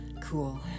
Cool